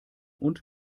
und